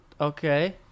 Okay